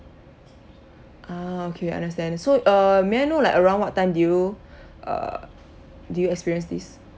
ah okay understand so uh may I know like around what time do you uh do you experience this